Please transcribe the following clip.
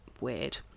weird